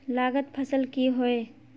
लागत फसल की होय?